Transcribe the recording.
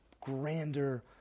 grander